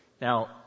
Now